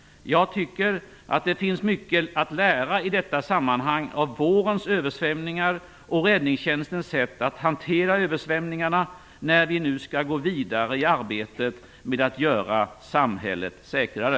Jag tycker att det finns mycket att lära i detta sammanhang av vårens översvämningar och räddningstjänstens sätt att hantera översvämningarna, när vi nu skall gå vidare i arbetet med att göra samhället säkrare.